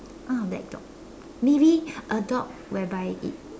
ah black dog maybe a dog whereby it